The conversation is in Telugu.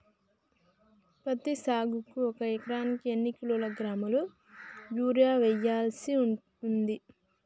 పత్తి సాగుకు ఒక ఎకరానికి ఎన్ని కిలోగ్రాముల యూరియా వెయ్యాల్సి ఉంటది?